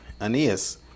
Aeneas